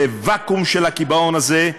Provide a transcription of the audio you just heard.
בווקום של הקיבעון הזה,